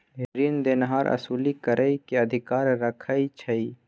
रीन देनहार असूली करइ के अधिकार राखइ छइ